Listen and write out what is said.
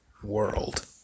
world